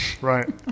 Right